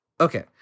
Okay